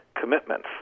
commitments